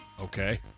Okay